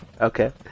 okay